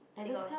they got